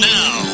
now